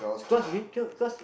cause you no cause